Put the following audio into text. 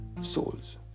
souls